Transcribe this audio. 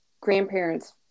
grandparents